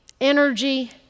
energy